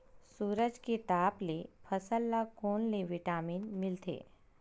सूरज के ताप ले फसल ल कोन ले विटामिन मिल थे?